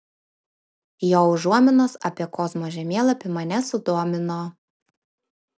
jo užuominos apie kozmo žemėlapį mane sudomino